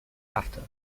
after